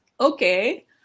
Okay